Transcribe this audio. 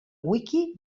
wiki